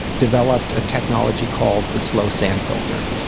developed a technology called the slow sand filter.